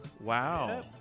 Wow